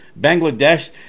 Bangladesh